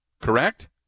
correct